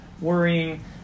worrying